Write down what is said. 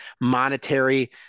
monetary